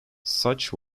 such